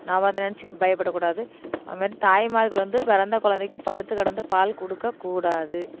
நம்ம அதை நினச்சி பயப்படக்கூடாது அந்த மாதிரி தாய்மார்கள் வந்து பிறந்த குழந்தைக்கி படுத்துக்கிடந்து பால் கொடுக்கக்கூடாது